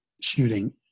shooting